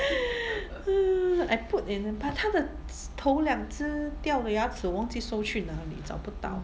I put in but 她的头两只掉了牙齿我忘记收去哪里找不到